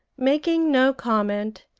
making no comment,